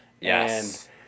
Yes